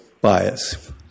bias